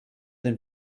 den